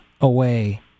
away